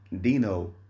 Dino